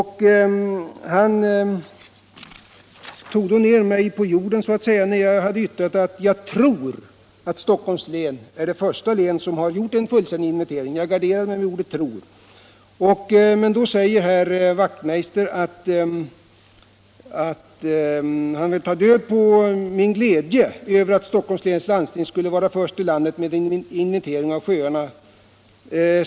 Han tog då ned mig på jorden så att säga, när jag hade yttrat att jag tror att Stockholms län är det första län som har gjort en fullständig inventering. Jag garderade mig med ordet ”tror”. Då säger herr Wachtmeister att han vill ta död på min glädje över att Stockholms läns landsting skulle vara först i landet med en inventering av sjöarna.